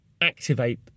activate